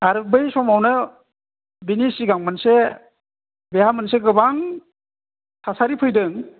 आरो बै समावनो बेनि सिगां मोनसे बेहा मोनसे गोबां थासारि फैदों